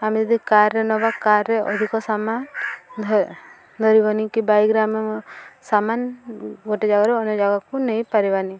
ଆମେ ଯଦି କାର୍ରେ ନବା କାର୍ରେ ଅଧିକ ସାମାନ ଧରିବନି କି ବାଇକ୍ରେେ ଆମେ ସାମାନ ଗୋଟେ ଜାଗାରୁ ଅନ୍ୟ ଜାଗାକୁ ନେଇପାରିବାନି